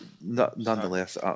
nonetheless